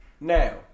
Now